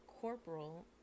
Corporal